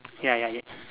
ya ya ya